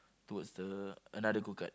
towards the another go-kart